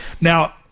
Now